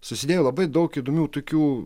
susidėjo labai daug įdomių tokių